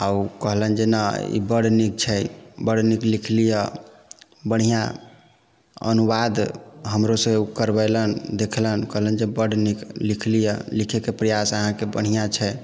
आ ओ कहलनि जे नहि ई बड़ नीक छै बड़ नीक लिखलियै बढ़िआँ अनुवाद हमरोसँ करबओलनि देखलनि कहलनि जे बड्ड नीक लिखलियै लिखयके प्रयास अहाँके बढ़िआँ छै